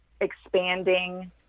expanding